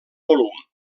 volum